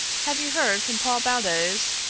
have you heard from paul baldos?